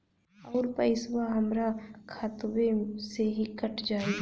अउर पइसवा हमरा खतवे से ही कट जाई?